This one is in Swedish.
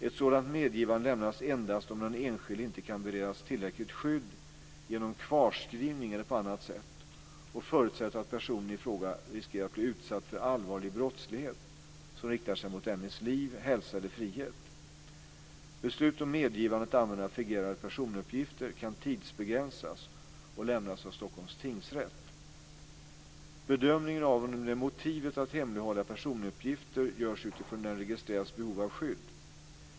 Ett sådant medgivande lämnas endast om den enskilde inte kan beredas tillräckligt skydd genom kvarskrivning eller på annat sätt och förutsätter att personen i fråga riskerar att bli utsatt för allvarlig brottslighet som riktar sig mot dennes liv, hälsa eller frihet. Beslut om medgivande att använda fingerade personuppgifter kan tidsbegränsas och lämnas av Stockholms tingsrätt. Bedömningen av om det är motiverat att hemlighålla personuppgifter görs utifrån den registrerades behov av skydd.